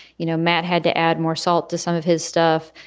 you know, matt had to add more salt to some of his stuff.